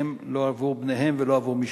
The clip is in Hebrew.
הוא חאן,